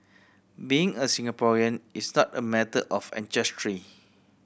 being a Singaporean is not a matter of ancestry